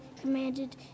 commanded